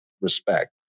respect